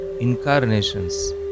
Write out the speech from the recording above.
incarnations